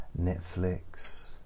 Netflix